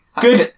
Good